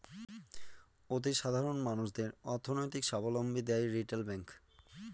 অতি সাধারণ মানুষদের অর্থনৈতিক সাবলম্বী দেয় রিটেল ব্যাঙ্ক